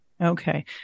Okay